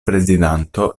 prezidanto